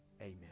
Amen